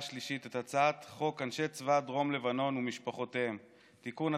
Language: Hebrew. שלישית את הצעת חוק אנשי דרום לבנון ומשפחותיהם (תיקון),